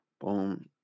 boom